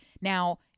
Now